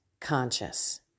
conscious